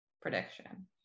prediction